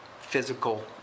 physical